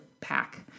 pack